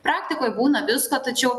praktikoj būna visko tačiau